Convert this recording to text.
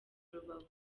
rubavu